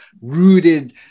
rooted